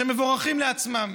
שמבורכת כשלעצמה,